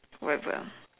whatever